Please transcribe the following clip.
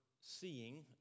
seeing